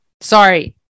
Sorry